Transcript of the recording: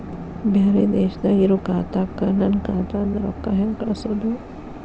ಬ್ಯಾರೆ ದೇಶದಾಗ ಇರೋ ಖಾತಾಕ್ಕ ನನ್ನ ಖಾತಾದಿಂದ ರೊಕ್ಕ ಹೆಂಗ್ ಕಳಸೋದು?